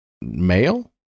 male